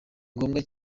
ngombwa